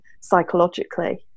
psychologically